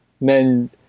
men